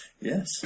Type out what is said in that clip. Yes